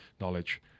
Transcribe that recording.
knowledge